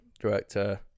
director